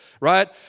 right